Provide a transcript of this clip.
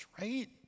right